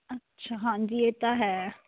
ਅੱਛਾ ਹਾਂਜੀ ਇਹ ਤਾਂ ਹੈ